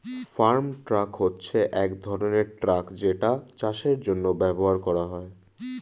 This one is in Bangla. ফার্ম ট্রাক হচ্ছে এক ধরনের ট্রাক যেটা চাষের জন্য ব্যবহার করা হয়